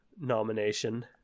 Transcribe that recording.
nomination